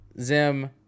Zim